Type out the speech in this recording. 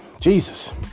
Jesus